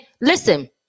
listen